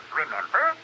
remember